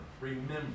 remember